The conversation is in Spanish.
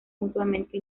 mutuamente